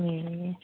ए